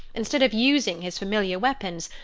instead of using his familiar weapons,